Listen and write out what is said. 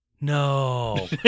No